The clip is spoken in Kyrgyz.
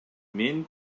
мен